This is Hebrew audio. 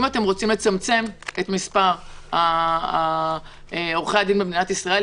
אם אתם רוצים לצמצם את מספר עורכי הדין במדינת ישראל,